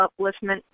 upliftment